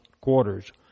quarters